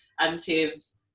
additives